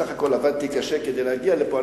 סך הכול עבדתי קשה כדי להגיע לפה,